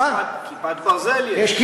"כיפת ברזל" יש.